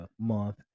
Month